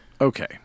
Okay